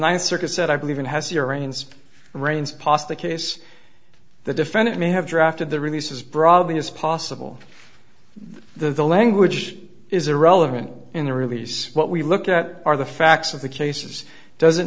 ninth circuit said i believe in has your rains and rains pos the case the defendant may have drafted the release as broadly as possible the language is irrelevant in the release what we look at are the facts of the case is doesn't